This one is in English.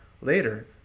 Later